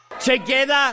Together